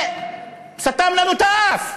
וסתם לנו את האף.